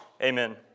amen